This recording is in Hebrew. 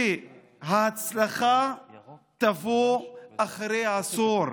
ההצלחה תבוא אחרי עשור,